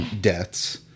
deaths